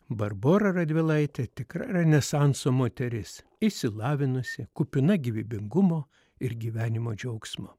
barbora radvilaitė tikra renesanso moteris išsilavinusi kupina gyvybingumo ir gyvenimo džiaugsmo